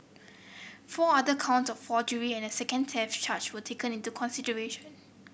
four other counts of forgery and a second theft charge were taken into consideration